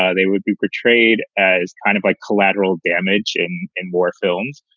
ah they would be portrayed as kind of by collateral damage in in war films.